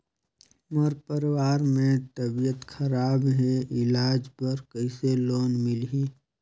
मोर परवार मे तबियत खराब हे इलाज बर कइसे लोन मिलही?